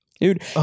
dude